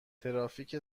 ترافیک